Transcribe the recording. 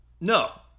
No